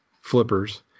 flippers